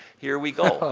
here we go.